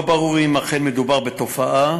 לא ברור אם אכן מדובר בתופעה,